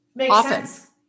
often